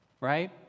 right